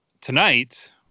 tonight